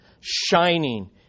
shining